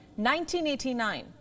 1989